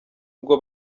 ubwo